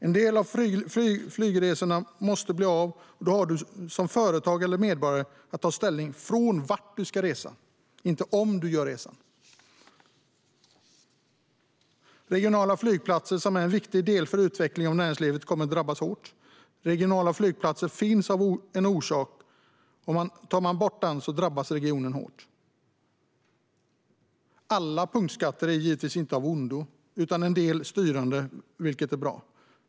En del flygresor måste bli av, och då får företag eller medborgare ta ställning till varifrån man ska resa, inte om man ska resa. Regionala flygplatser, som är en viktig del för utvecklingen av näringslivet, kommer att drabbas hårt. Regionala flygplatser finns av en anledning, och om man tar man bort dem drabbas regionerna hårt. Alla punktskatter är givetvis inte av ondo. En del är styrande, vilket är bra.